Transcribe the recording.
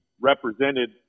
represented